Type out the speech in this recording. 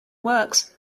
works